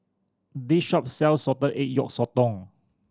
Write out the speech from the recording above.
this shop sells salted egg yolk sotong